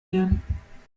lernen